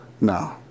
no